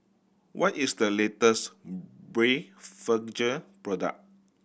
what is the latest Blephagel product